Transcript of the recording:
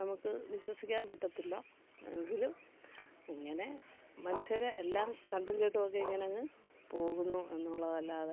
നമുക്ക് വിശ്വസിക്കാൻ പറ്റത്തില്ല എങ്കിലും ഇങ്ങനെ മനുഷ്യരെ എല്ലാം കണ്ടും കേട്ടുമൊക്കെ ഇങ്ങനെ അങ്ങ് പോകുന്നു എന്നുള്ളതല്ലാതെ